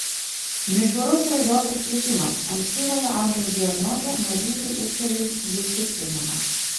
mišrus raidos sutrikimas ankstyvojo amžiaus diagnozė mažyliui ūgtelėjus ji tikslinama